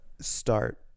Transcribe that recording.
start